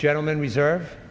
gentleman reserve